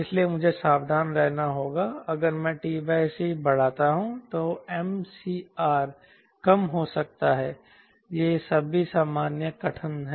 इसलिए मुझे सावधान रहना होगा अगर मैं t c बढ़ाता हूं तो MCR कम हो सकता है ये सभी सामान्य कथन हैं